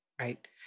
right